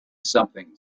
something